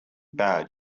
bad